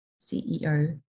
CEO